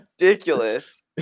Ridiculous